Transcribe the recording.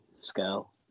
Scale